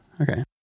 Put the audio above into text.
okay